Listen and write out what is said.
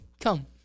come